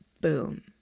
boom